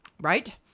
right